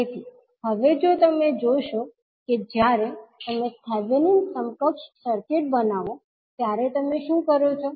તેથી હવે જો તમે જોશો કે જ્યારે તમે થેવેનીન સમકક્ષ સર્કીટ બનાવો ત્યારે તમે શું કરો છો